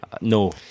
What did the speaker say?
No